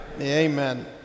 Amen